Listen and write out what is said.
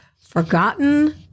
forgotten